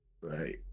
Right